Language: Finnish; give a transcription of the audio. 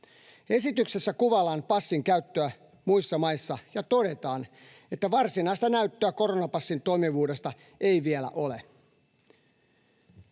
Esityksessä kuvaillaan passin käyttöä muissa maissa ja todetaan, että varsinaista näyttöä koronapassin toimivuudesta ei vielä ole.